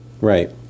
Right